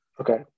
Okay